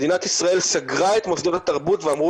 מדינת ישראל סגרה את מוסדות התרבות ואמרו